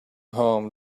home